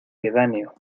pedáneo